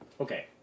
Okay